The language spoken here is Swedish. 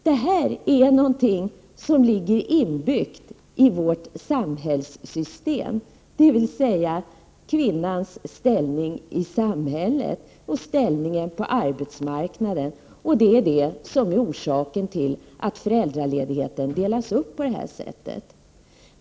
Det här är någonting som ligger inbyggt i vårt samhällssystem och sammanhänger med kvinnans ställning i samhället och ställningen på arbetsmarknaden. Det är det som är orsaken till att föräldraledigheten delas upp på det här sättet.